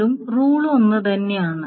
വീണ്ടും റൂൾ ഒന്നുതന്നെയാണ്